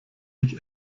ich